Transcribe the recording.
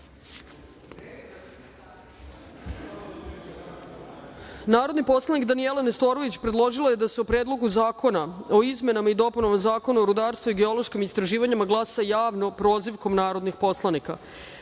poslanik Danijela Nestorović predložila je da se o Predlogu zakona o izmenama i dopunama Zakona o rudarstvu i geološkim istraživanjima glasa javno - prozivkom narodnih poslanika. Stavljam